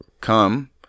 come